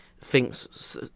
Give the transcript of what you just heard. thinks